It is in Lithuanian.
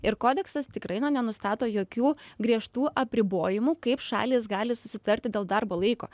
ir kodeksas tikrai na nenustato jokių griežtų apribojimų kaip šalys gali susitarti dėl darbo laiko